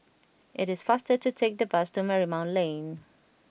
it is faster to take the bus to Marymount Lane